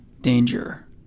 danger